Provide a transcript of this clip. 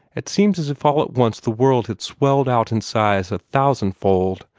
it seems as if all at once the world had swelled out in size a thousandfold,